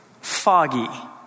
foggy